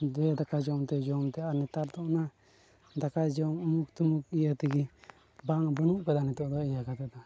ᱫᱟᱦᱮ ᱫᱟᱠᱟ ᱡᱚᱢᱛᱮ ᱡᱚᱢᱛᱮ ᱱᱮᱛᱟᱨ ᱫᱚ ᱟᱨ ᱚᱱᱟ ᱫᱟᱠᱟ ᱡᱚᱢ ᱩᱢᱩᱠ ᱛᱩᱢᱩᱠ ᱤᱭᱟᱹ ᱛᱮᱜᱮ ᱵᱟᱝ ᱵᱟᱹᱱᱩᱜ ᱠᱟᱫᱟ ᱱᱤᱛᱚᱜ ᱤᱭᱟᱹ ᱠᱟᱛᱮᱫ ᱫᱚ